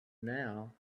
now